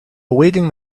awaiting